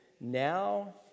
now